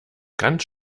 ganz